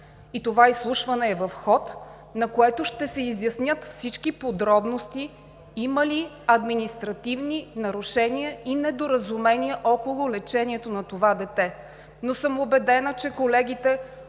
– това изслушване е в ход, на което ще се изяснят всички подробности – има ли административни нарушения и недоразумения около лечението на това дете. Но съм убедена, че колегите